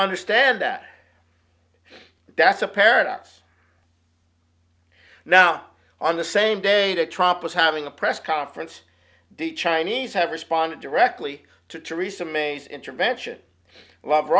understand that that's a paradox now on the same day to tromp was having a press conference the chinese have responded directly to teresa mayes intervention lover